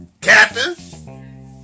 Captain